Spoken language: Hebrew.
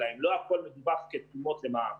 משהו כמו 28 אחוזים או משהו כזה.